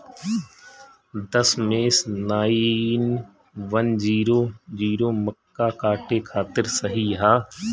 दशमेश nine one zero zero मक्का काटे खातिर सही ह?